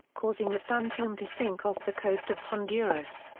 causing the fantome to sink off the coast of honduras.